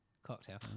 Cocktail